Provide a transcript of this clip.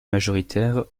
majoritaire